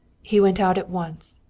he went out at once,